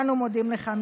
כולנו מודים לך,